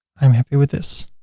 i'm happy with this.